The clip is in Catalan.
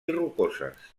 rocoses